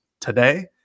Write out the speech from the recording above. today